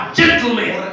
gentlemen